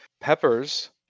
Peppers